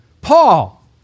Paul